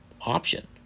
option